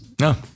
No